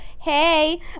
Hey